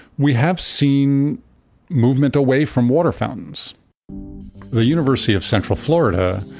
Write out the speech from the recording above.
we have seen movement away from water fountains the university of central florida,